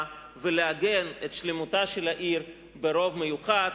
ולעגן את שלמותה של העיר ברוב מיוחד,